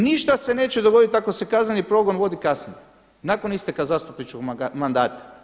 Ništa se neće dogoditi ako se kazneni progon vodi kasnije, nakon isteka zastupničkog mandata.